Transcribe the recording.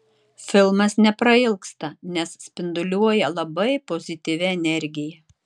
filmas neprailgsta nes spinduliuoja labai pozityvia energija